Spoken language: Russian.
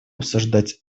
обсуждать